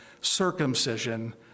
circumcision